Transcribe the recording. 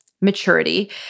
maturity